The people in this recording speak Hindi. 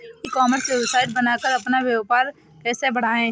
ई कॉमर्स वेबसाइट बनाकर अपना व्यापार कैसे बढ़ाएँ?